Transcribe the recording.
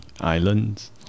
islands